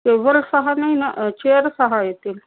table सहा नाही ना चेअर सहा येतील